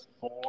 four